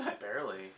Barely